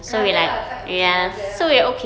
rugged ah type macam rugged ah